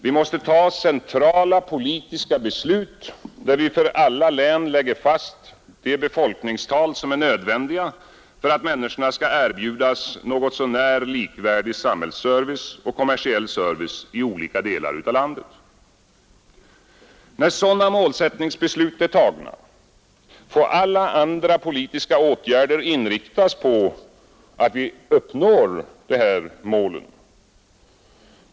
Vi måste fatta centrala politiska beslut, där vi för alla län lägger fast de befolkningstal som är nödvändiga för att människorna skall erbjudas något så när likvärdig samhällsservice och kommersiell service i olika delar av landet. När sådana målsättningsbeslut är tagna får alla andra politiska åtgärder inriktas på att vi skall uppnå dessa mål.